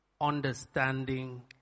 understanding